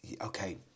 okay